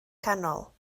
canol